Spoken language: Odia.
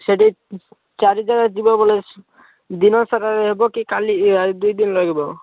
ସେଇଠି ଚାରି ଜାଗା ଯିବ ବୋଲେ ଦିନ ସାରା ରହିବ କି କାଲି ଏ ଦୁଇ ଦିନ ଲାଗିବ